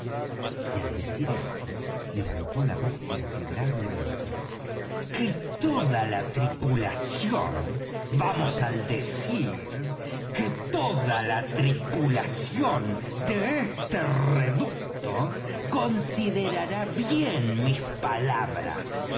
y al decir esto levantó la voz considerablemente que toda la tripulación vamos al decir que toda la tripulación de este reducto considerará bien mis palabras